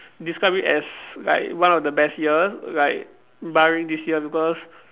describe it as like one of the best year like barring this year because